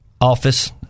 office